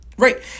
Right